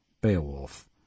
Beowulf